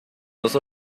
los